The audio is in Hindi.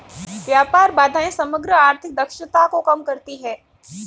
व्यापार बाधाएं समग्र आर्थिक दक्षता को कम करती हैं